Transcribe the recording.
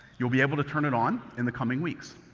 you'll be able to turn it on in the coming weeks.